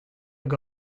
hag